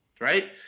right